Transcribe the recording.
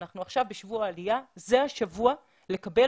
אנחנו עכשיו בשבוע העלייה וזה השבוע לקבל